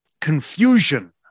confusion